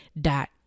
dot